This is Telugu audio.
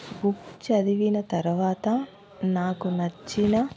బుక్ చదివిన తరవాత నాకు నచ్చిన